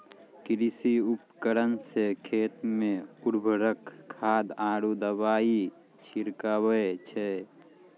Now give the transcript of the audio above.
कृषि उपकरण सें खेत मे उर्वरक खाद आरु दवाई छिड़कावै छै